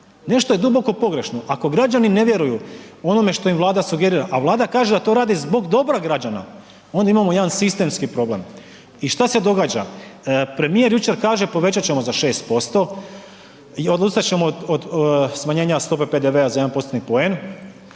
Nešto je duboko pogrešno. Ako građani ne vjeruju onome što im Vlada sugerira, a Vlada kaže da to radi zbog dobra građana onda imamo jedan sistemski problem. I šta se događa? Premijer jučer kaže povećat ćemo za 6% i odustat ćemo od smanjenja stope PDV-a za 1%-tni